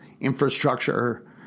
infrastructure